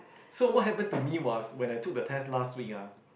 so what happened to me was when I took the test last week ah